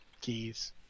keys